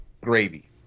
gravy